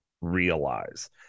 realize